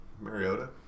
Mariota